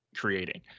creating